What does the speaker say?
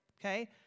Okay